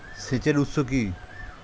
সেচের উৎস কি?